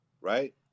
right